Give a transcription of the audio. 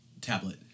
tablet